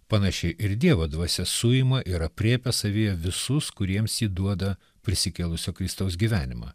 panašiai ir dievo dvasia suima ir aprėpia savyje visus kuriems ji duoda prisikėlusio kristaus gyvenimą